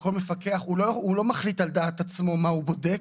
שכל מפקח לא מחליט על דעת עצמו מה הוא בודק.